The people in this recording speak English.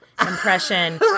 impression